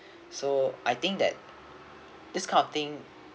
so I think that this kind of thing